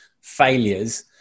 failures